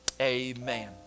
Amen